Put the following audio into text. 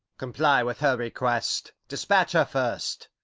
comply with her request dispatch her first.